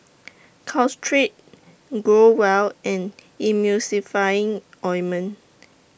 Caltrate Growell and Emulsying Ointment